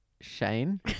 Shane